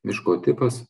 miško tipas